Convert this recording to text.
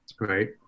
right